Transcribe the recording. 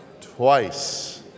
twice